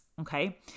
okay